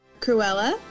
Cruella